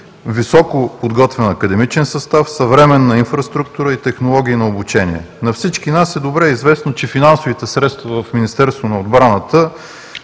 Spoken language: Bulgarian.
високо подготвен академичен състав, съвременна инфраструктура и технологии на обучение. На всички нас е добре известно, че финансовите средства в Министерството на отбраната